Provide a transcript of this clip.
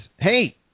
Hey